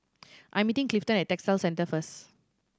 I am meeting Clifton at Textile Centre first